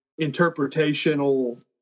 interpretational